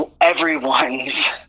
everyone's